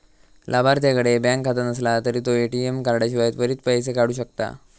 लाभार्थ्याकडे बँक खाता नसला तरी तो ए.टी.एम कार्डाशिवाय त्वरित पैसो काढू शकता